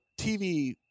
TV